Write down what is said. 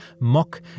mock